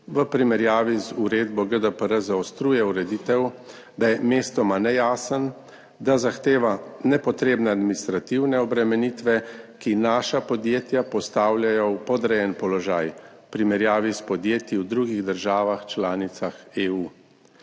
v primerjavi z uredbo GDPR zaostruje ureditev, da je mestoma nejasen, da zahteva nepotrebne administrativne obremenitve, ki naša podjetja postavljajo v podrejen položaj v primerjavi s podjetji v drugih državah članicah EU.